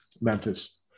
Memphis